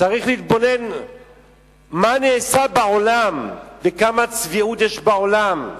צריך להתבונן מה נעשה בעולם וכמה צביעות יש בעולם.